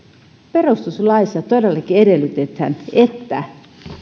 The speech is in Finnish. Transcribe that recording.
perustuslaissa todellakin edellytetään että